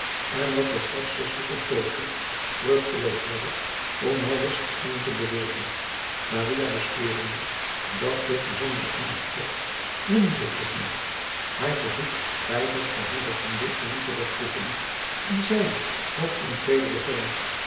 en wat deszelfs zuster ook poogde vruchteloos was het om maurits tot zingen te bewegen maria bespeurende dat dit bijzondere aandacht trok wendde zich tot hem haar verzoek bij dat van hare vriendin elizabeth voegende en zeide op een teederen toon